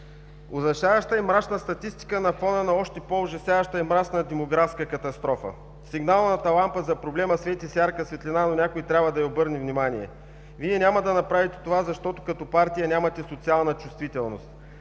Ужасяваща и мрачна статистика на фона на още по-ужасяваща и мрачна демографска катастрофа. Сигналната лампа за проблема свети с ярка светлина, но някой трябва да й обърне внимание. Вие няма да направите това, защото като партия нямате социална чувствителност.